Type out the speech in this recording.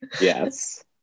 Yes